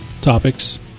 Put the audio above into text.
topics